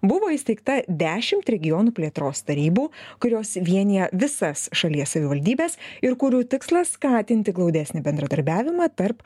buvo įsteigta dešimt regionų plėtros tarybų kurios vienija visas šalies savivaldybes ir kurių tikslas skatinti glaudesnį bendradarbiavimą tarp